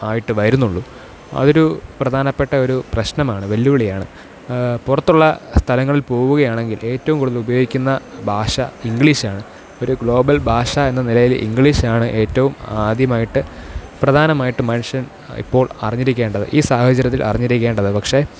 ആയിട്ട് വരുന്നുള്ളൂ അതൊരു പ്രധാനപ്പെട്ട ഒരു പ്രശ്നമാണ് വെല്ലുവിളിയാണ് പുറത്തുള്ള സ്ഥലങ്ങളിൽ പോവുകയാണെങ്കിൽ ഏറ്റവും കൂടുതൽ ഉപയോഗിക്കുന്ന ഭാഷ ഇംഗ്ലീഷാണ് ഒരു ഗ്ലോബൽ ഭാഷ എന്ന നിലയിൽ ഇംഗ്ലീഷാണ് ഏറ്റവും ആദ്യമായിട്ട് പ്രധാനമായിട്ട് മനുഷ്യൻ ഇപ്പോൾ അറിഞ്ഞിരിക്കേണ്ടത് ഈ സാഹചര്യത്തിൽ അറിഞ്ഞിരിക്കേണ്ടത് പക്ഷേ